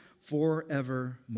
forevermore